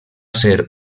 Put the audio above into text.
ser